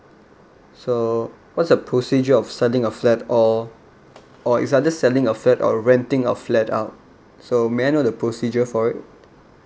so what's your procedure of selling a flat or or is either selling a flat or renting a flat uh so may I know the procedure for it